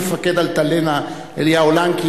מפקד "אלטלנה" אליהו לנקין.